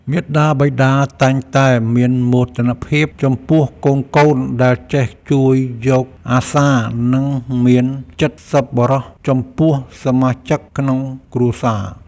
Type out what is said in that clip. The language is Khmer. មាតាបិតាតែងតែមានមោទនភាពចំពោះកូនៗដែលចេះជួយយកអាសារនិងមានចិត្តសប្បុរសចំពោះសមាជិកក្នុងគ្រួសារ។